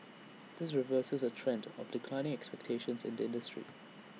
this reverses A trend of declining expectations in industry